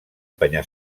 penya